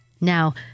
Now